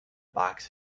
box